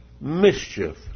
mischief